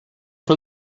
for